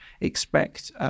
expect